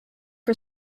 for